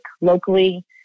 locally